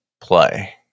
play